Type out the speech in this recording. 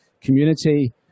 community